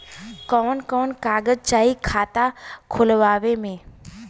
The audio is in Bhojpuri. कवन कवन कागज चाही खाता खोलवावे मै?